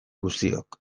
guztiok